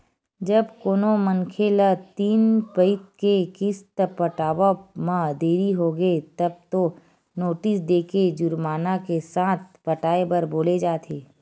जब कोनो मनखे ल तीन पइत के किस्त पटावब म देरी होगे तब तो नोटिस देके जुरमाना के साथ पटाए बर बोले जाथे